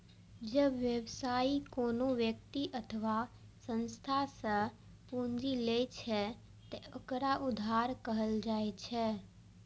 जब व्यवसायी कोनो व्यक्ति अथवा संस्था सं पूंजी लै छै, ते ओकरा उधार कहल जाइ छै